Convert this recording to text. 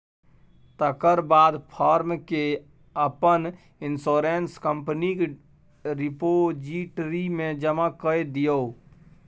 तकर बाद फार्म केँ अपन इंश्योरेंस कंपनीक रिपोजिटरी मे जमा कए दियौ